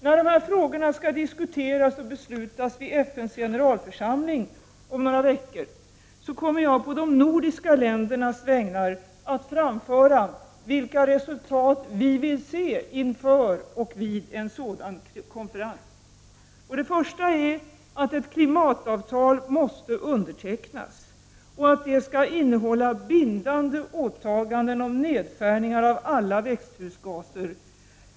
När de här frågorna skall diskuteras och beslutas vid FN:s generalförsamling om några veckor, kommer jag på de nordiska ländernas vägnar att framföra vilka resultat vi vill se inför och vid en sådan konferens. Det första är att ett klimatavtal måste undertecknas och att det skall innehålla bindande åtaganden om nedskärningar av alla växthusgaser.